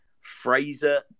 fraser